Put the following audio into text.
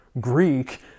Greek